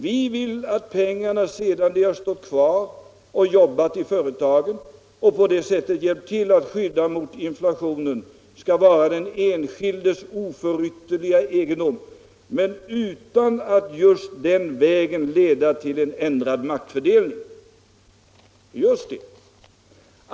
Vi vill att pengarna sedan de har stått kvar och jobbat i företagen och på det sättet hjälpt till att skydda mot inflationen ska vara den enskildes oförytterliga egendom men utan att just den vägen leda till en ändrad maktfördelning.” Just det!